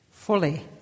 Fully